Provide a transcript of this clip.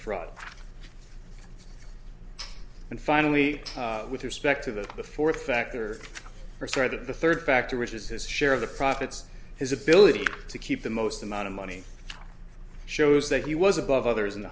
fraud and finally with respect to the fourth factor or so either the third factor which is his share of the profits his ability to keep the most amount of money shows that he was above others in the